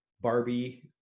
Barbie